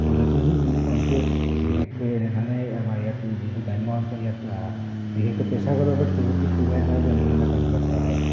পৰ্যটন অঞ্চলত বিশেষকৈ এনেধৰণেই আমাৰ ইয়াত যিটো গ্ৰাম্য অঞ্চল ইয়াত বিশেষকৈ পেচাগতভাৱে টুৰ গাইডন টুৰ গাইডনৰ বাবে এনেধৰণে কামবিলাক কৰা হয়